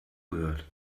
gehört